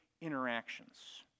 interactions